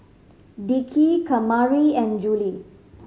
Dickie Kamari and Juli